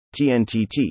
TNTT